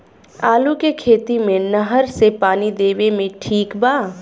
आलू के खेती मे नहर से पानी देवे मे ठीक बा?